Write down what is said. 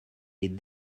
est